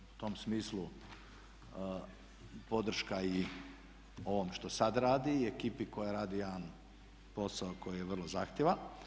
U tom smislu podrška i ovom što sad radi i ekipi koja radi jedan posao koji je vrlo zahtjevan.